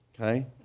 Okay